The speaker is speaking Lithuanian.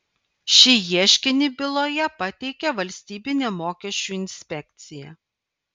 šį ieškinį byloje pateikė valstybinė mokesčių inspekcija